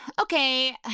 Okay